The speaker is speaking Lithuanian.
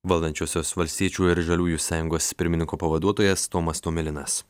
valdančiosios valstiečių ir žaliųjų sąjungos pirmininko pavaduotojas tomas tomilinas